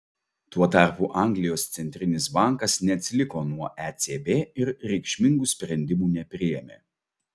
tuo tarpu anglijos centrinis bankas neatsiliko nuo ecb ir reikšmingų sprendimų nepriėmė